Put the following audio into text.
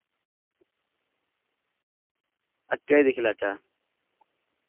केह् दिक्खी लैचे